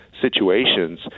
situations